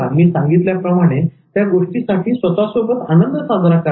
मी सांगितल्याप्रमाणे त्या गोष्टीसाठी स्वतः सोबत आनंद साजरा करा